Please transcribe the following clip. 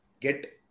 get